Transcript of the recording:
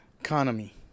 economy